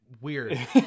weird